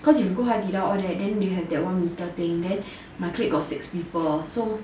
cause if you go 海底捞 all that then they have that one metre thing then my clique got six people so